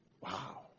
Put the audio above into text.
wow